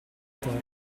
terra